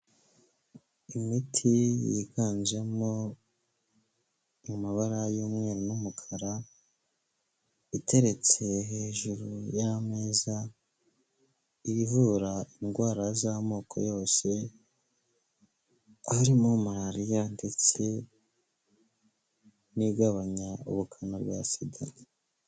Imiti yiganjemo amabara y'umweru n'umukara, iteretse hejuru y'ameza, ivura indwara z'amoko yose, harimo malariya ndetse n'igabanya ubukana bwa SIDA.